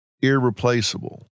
irreplaceable